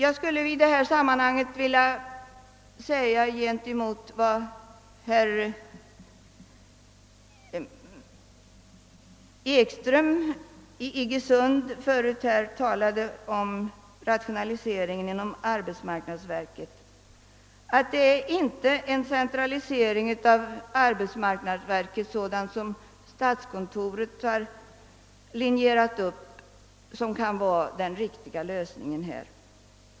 I det sammanhanget vill jag bemöta herr Ekström, som tidigare talade om rationaliseringen inom arbetsmarknadsverket. Den centralisering av arbetsmarknadsverket som statskontoret har linjerat upp kan inte vara den riktiga lösningen.